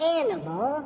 animal